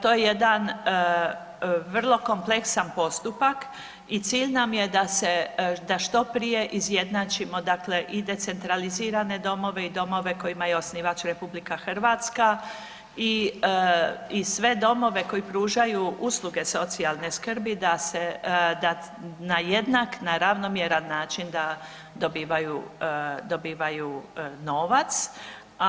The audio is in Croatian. To je jedan vrlo kompleksan postupak i cilj nam je da se, da što prije izjednačimo, dakle i centralizirane domove i domove kojima je osnivač RH i, i sve domove koji pružaju usluge socijalne skrbi da se, da na jednak, na ravnomjeran način da dobivaju, dobivaju novac.